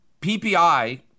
PPI